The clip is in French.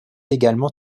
également